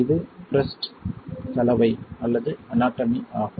இது பிரஸ்ட் இன் கலவை அல்லது அனாட்டமி ஆகும்